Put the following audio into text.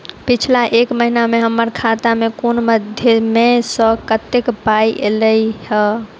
पिछला एक महीना मे हम्मर खाता मे कुन मध्यमे सऽ कत्तेक पाई ऐलई ह?